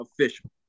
official